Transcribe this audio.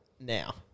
now